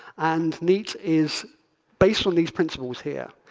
and neat is based on these principles here